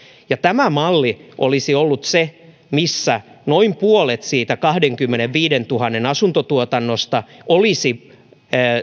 tämä malli olisi ollut se missä noin puolet siitä kahdenkymmenenviidentuhannen ihmisen asuntotuotannosta olisi